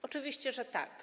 Oczywiście, że tak.